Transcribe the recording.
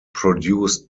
produced